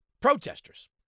protesters